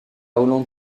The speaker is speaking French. hollande